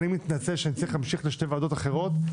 אני מתנצל שאני צריך להמשיך לשתי ועדות אחרות.